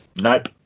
Nope